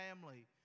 family